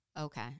Okay